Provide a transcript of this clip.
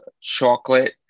chocolate